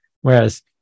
Whereas